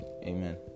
amen